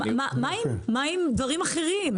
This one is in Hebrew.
מה עם דברים אחרים?